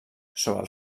sobre